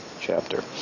chapter